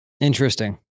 Interesting